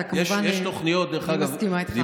אני כמובן מסכימה איתך.